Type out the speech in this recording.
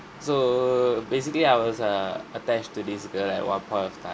so basically I was err attached to this girl at one point of time